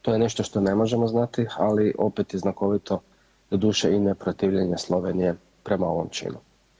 To je nešto što ne možemo znati, ali opet je znakovito doduše i neprotivljenje Slovenije prema ovom činu.